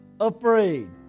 afraid